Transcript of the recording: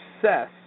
success